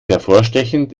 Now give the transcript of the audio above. hervorstechend